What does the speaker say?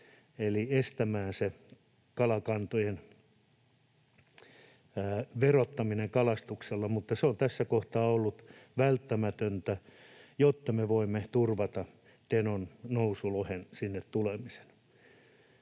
eli estämään kalakantojen verottamisen kalastuksella, mutta se on tässä kohtaa ollut välttämätöntä, jotta me voimme turvata Tenon nousulohen tulemisen.